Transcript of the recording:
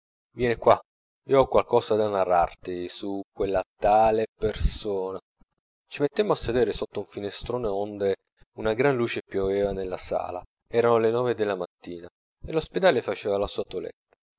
vien qua ho qualcosa da narrarti su quella tale persona ci mettemmo a sedere sotto un finestrone onde una gran luce pioveva nella sala erano le nove della mattina e lo spedale faceva la sua